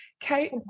Kate